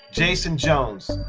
jason jones,